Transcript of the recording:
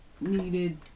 needed